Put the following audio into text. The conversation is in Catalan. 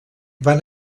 van